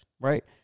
right